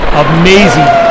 amazing